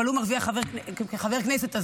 אבל הוא מרוויח כחבר כנסת,